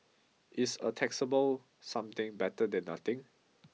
is a taxable something better than nothing